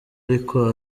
ariko